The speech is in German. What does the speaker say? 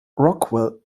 rockwell